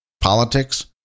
politics